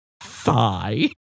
Thigh